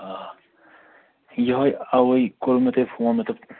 آ یوٚہے اَوے کوٚر مےٚ تۅہہِ فون مےٚ دوٚپ